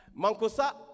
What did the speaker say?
Mancosa